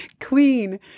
queen